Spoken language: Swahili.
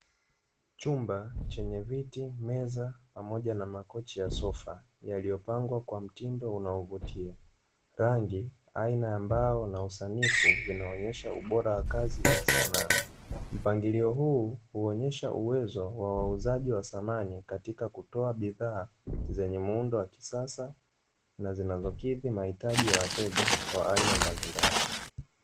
Chumba chenye viti, meza pamoja na makochi ya sofa yaliyopangwa kwa mtindo unaovutia, rangi, aina ya mbao na usanifu vinaonesha ubora wa kazi za kisanaa. Mpangilio huu unaonyesha uwezo wa wauzaji wa samani katika kutoa bidhaa zenye muundo wakisasa na zinazokidhi mahitaji ya wateja wa aina mbalimbali.